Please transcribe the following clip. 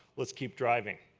let's keep driving.